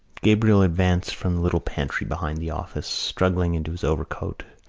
gabriel advanced from the little pantry behind the office, struggling into his overcoat